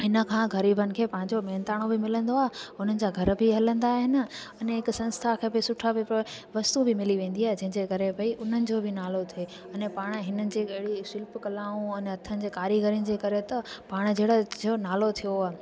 हिन खां ग़रीबनि खे पंहिंजो महिनताणो बि मिलंदो आहे हुनजा घर बि हलंदा आहिनि अने हिक संस्था खे बि सुठा वस्तू बि मिली वेंदी आहे जंहिंजे करे भई हुननि जो ई नालो थिए अने पाणि हिनजे करे शिल्प कलाऊं अन हथनि जे कारीगरनि जंहिं करे त पाणि जहिड़ा जो नालो थियो आहे